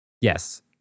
Yes